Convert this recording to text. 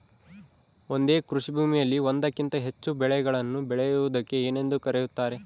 ಒಂದೇ ಕೃಷಿಭೂಮಿಯಲ್ಲಿ ಒಂದಕ್ಕಿಂತ ಹೆಚ್ಚು ಬೆಳೆಗಳನ್ನು ಬೆಳೆಯುವುದಕ್ಕೆ ಏನೆಂದು ಕರೆಯುತ್ತಾರೆ?